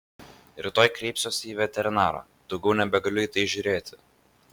rytoj kreipsiuosi į veterinarą daugiau nebegaliu į tai žiūrėti